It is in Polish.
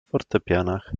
fortepianach